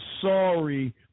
sorry